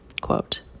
quote